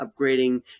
upgrading